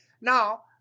Now